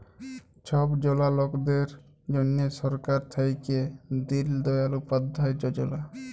ছব জলা লকদের জ্যনহে সরকার থ্যাইকে দিল দয়াল উপাধ্যায় যজলা